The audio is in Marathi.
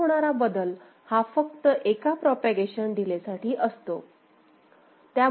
त्यात होणारा बदल हा फक्त एका प्रोपागेशन डीलेसाठी असेल